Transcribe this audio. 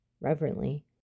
reverently